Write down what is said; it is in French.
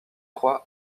croix